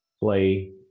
play